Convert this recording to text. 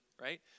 right